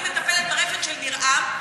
אני מטפלת ברפת של ניר עם,